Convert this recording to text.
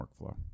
workflow